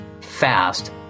fast